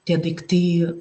tie daiktai